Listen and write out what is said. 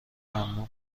ممنوع